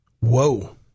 Whoa